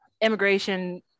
immigration